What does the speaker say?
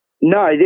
No